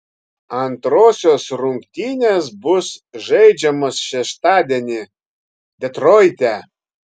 antrosios rungtynės bus žaidžiamos šeštadienį detroite